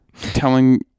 telling